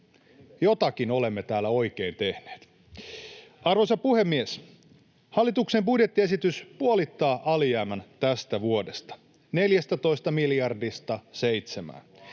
Jotakin me olemme täällä oikein tehneet. Arvoisa puhemies! Hallituksen budjettiesitys puolittaa alijäämän tämän vuoden 14 miljardista 7 miljardiin.